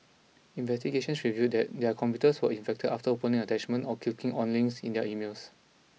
investigations revealed that their computers were infected after opening attachments or clicking on links in their emails